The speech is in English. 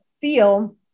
feel